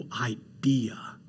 idea